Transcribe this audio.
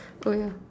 oh ya